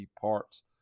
parts